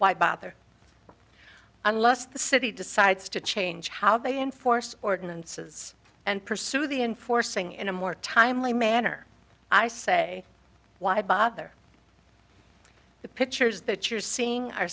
why bother unless the city decides to change how they enforce ordinances and pursue the enforcing in a more timely manner i say why bother the pictures that you're seeing